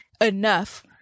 enough